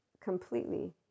completely